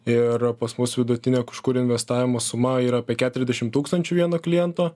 ir pas mus vidutinė kažkur investavimo suma yra apie keturiasdešim tūkstančių vieno kliento